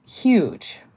huge